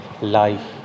life